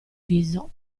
viso